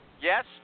Yes